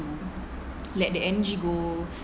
let the energy go